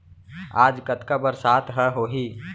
आज कतका बरसात ह होही?